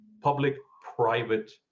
public-private